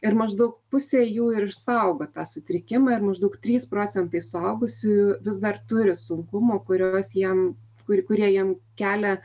ir maždaug pusė jų išsaugo tą sutrikimą maždaug trys procentai suaugusiųjų vis dar turi sunkumų kuriuos jiem kur kurie jiem kelia